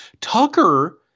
Tucker –